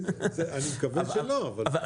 אני מקווה שלא אבל...